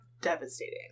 Devastating